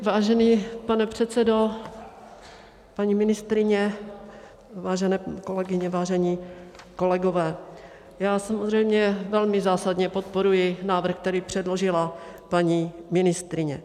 Vážený pane předsedo, paní ministryně, vážené kolegyně, vážení kolegové, já samozřejmě velmi zásadně podporuji návrh, který předložila paní ministryně.